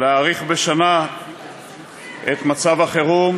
להאריך בשנה את מצב החירום,